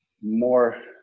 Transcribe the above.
more